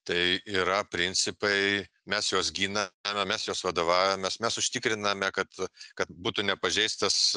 tai yra principai mes juos giname mes juos vadovaujamės mes užtikriname kad kad būtų nepažeistas